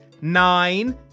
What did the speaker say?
nine